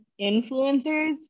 influencers